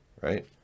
Right